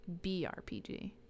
BRPG